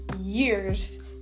years